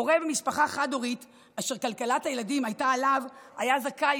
הורה במשפחה חד-הורית אשר כלכלת הילדים הייתה עליו היה זכאי